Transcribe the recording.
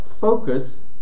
focus